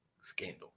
scandal